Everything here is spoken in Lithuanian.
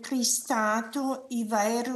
pristato įvairių